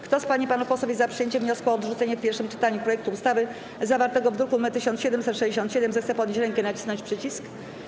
Kto z pań i panów posłów jest za przyjęciem wniosku o odrzucenie w pierwszym czytaniu projektu ustawy zawartego w druku nr 1767, zechce podnieść rękę i nacisnąć przycisk.